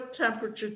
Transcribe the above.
temperature